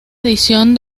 edición